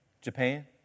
Japan